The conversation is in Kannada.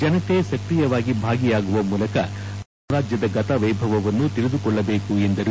ಜನತೆ ಸಕ್ರಿಯವಾಗಿ ಭಾಗಿಯಾಗುವ ಮೂಲಕ ವಿಜಯನಗರ ಸಾಮಾಜ್ರದ ಗತವೈಭವವನ್ನು ತಿಳಿದುಕೊಳ್ಳಬೇಕು ಎಂದರು